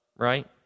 right